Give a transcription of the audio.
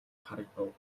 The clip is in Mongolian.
харагдав